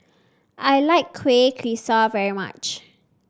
I like Kuih Kaswi very much